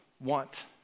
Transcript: want